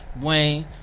Wayne